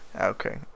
Okay